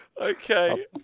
Okay